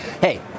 Hey